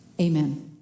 Amen